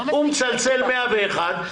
הוא מצלצל 101,